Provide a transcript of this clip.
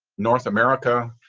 north america.